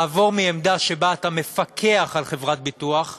לעבור מעמדה שבה אתה מפקח על חברת ביטוח,